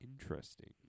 interesting